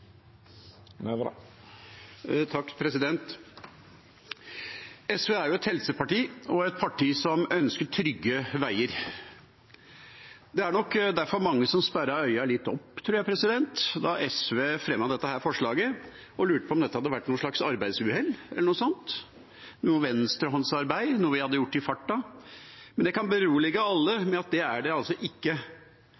SV er et helseparti og et parti som ønsker trygge veier. Det var nok derfor mange som sperret øynene litt opp, tror jeg, da SV fremmet dette forslaget, og lurte på om dette hadde vært noe slags arbeidsuhell eller noe sånt, noe venstrehåndsarbeid, noe vi hadde gjort i farta. Jeg kan berolige alle